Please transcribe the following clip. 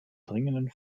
dringenden